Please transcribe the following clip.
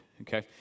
okay